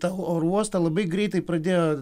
tą oro uostą labai greitai pradėjo